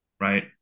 right